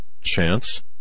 Chance